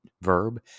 verb